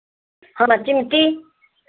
हाँ बस चिमटी